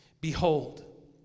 behold